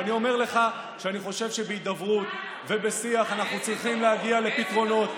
ואני אומר לך שאני חושב שבהידברות ובשיח אנחנו צריכים להגיע לפתרונות.